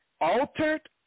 Altered